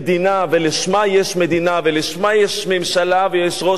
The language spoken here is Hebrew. ולשמו יש מדינה ולשמו יש ממשלה ויש ראש ממשלה,